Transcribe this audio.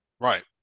Right